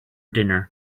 dinner